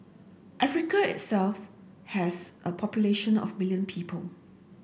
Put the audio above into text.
Africa itself has a population of million people